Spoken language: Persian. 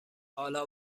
حالا